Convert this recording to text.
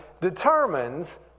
determines